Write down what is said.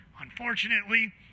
Unfortunately